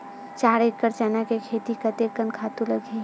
चार एकड़ चना के खेती कतेकन खातु लगही?